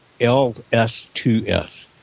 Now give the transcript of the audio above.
LS2S